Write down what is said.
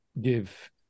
give